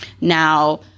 Now